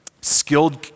skilled